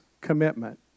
commitment